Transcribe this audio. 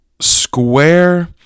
square